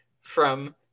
from-